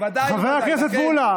--- חבר הכנסת מולא,